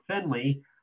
Finley